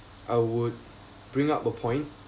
I would bring up a point